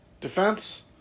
defense